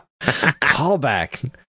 Callback